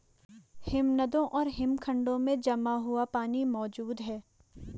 हिमनदों और हिमखंडों में जमा हुआ पानी मौजूद हैं